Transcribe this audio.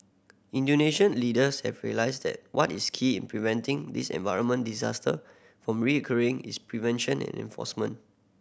Indonesian leaders have realised that what is key in preventing this environment disaster from recurring is prevention and enforcement